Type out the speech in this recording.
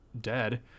dead